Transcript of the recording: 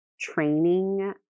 training